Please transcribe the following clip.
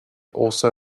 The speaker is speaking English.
also